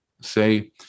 say